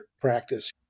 practice